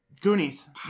Goonies